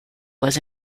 was